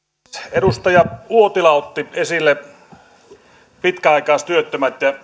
edustaja uotila otti esille pitkäaikaistyöttömät